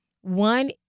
one